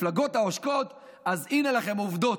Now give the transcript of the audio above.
כמפלגות העושקות, אז הינה לכם, עובדות.